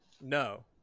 No